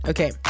Okay